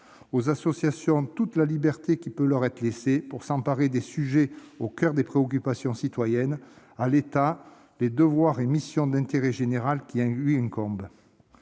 Aux associations, toute la liberté qui peut leur être laissée pour s'emparer des sujets au coeur des préoccupations citoyennes ; à l'État, les devoirs et missions d'intérêt général qui lui incombent.